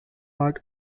part